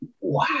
wow